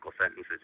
sentences